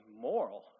moral